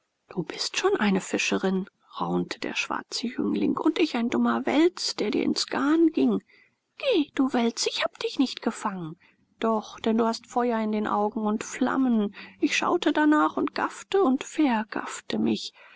du bist schon eine fischerin raunte der schwarze jüngling und ich ein dummer wels der dir ins garn ging geh du wels ich habe dich nicht gefangen doch denn du hast feuer in den augen und flammen ich schaute danach und gaffte und vergaffte mich